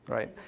Right